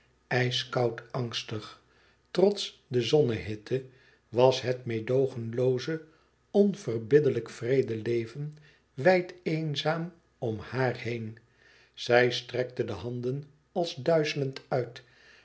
ijskoud angstig trots de zonnehitte was het meêdoogenlooze onverbiddelijk wreede leven wijd eenzaam om haar heen zij strekte de handen als duizelend uit